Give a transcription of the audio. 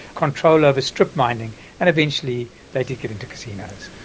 control over strip mining and eventually they did get into casinos.